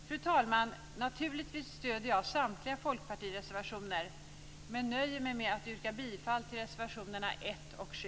Fru talman! Naturligtvis stöder jag samtliga folkpartireservationer men nöjer mig med att yrka på godkännande av anmälan i reservationerna 1 och 7.